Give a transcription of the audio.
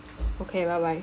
okay bye bye